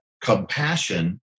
compassion